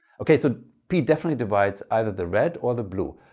ok, so p definitely divides either the red or the blue.